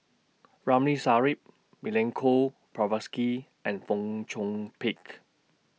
Ramli Sarip Milenko Prvacki and Fong Chong Pik